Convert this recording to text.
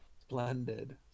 Splendid